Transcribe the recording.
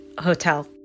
hotel